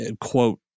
quote